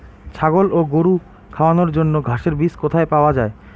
ছাগল ও গরু খাওয়ানোর জন্য ঘাসের বীজ কোথায় পাওয়া যায়?